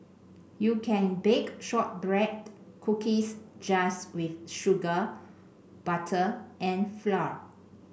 you can bake shortbread cookies just with sugar butter and flour